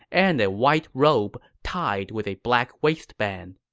and a white robe tied with a black waist band